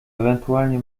ewentualnie